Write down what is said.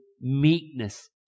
meekness